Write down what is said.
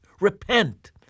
Repent